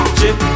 chip